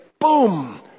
boom